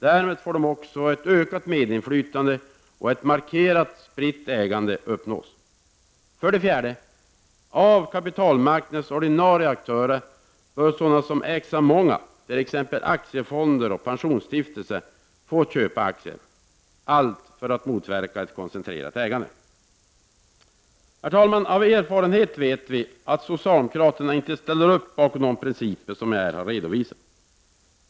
Därmed får de också ett ökat medinflytande, och ett markerat spritt ägande uppnås. 4. Av kapitalmarknadens ordinarie aktörer bör sådana som ägs av många, t.ex. aktiefonder och pensionsstiftelser, få köpa aktier, allt för att motverka ett koncentrerat ägande. Herr talman! Av erfarenhet vet vi att socialdemokraterna inte ställer upp bakom de principer jag här har redovisat.